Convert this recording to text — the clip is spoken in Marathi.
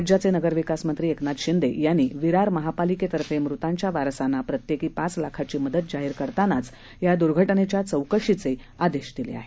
राज्याचे नगर विकासमंत्री एकनाथ शिंदे यांनी विरार महापालिकेतर्फे मृतांच्या वारसांना प्रत्येकी पाच लाखांची मदत जाहीर करतानाच या दुर्घटनेच्या चौकशीचे आदेश दिले आहेत